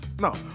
No